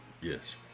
Yes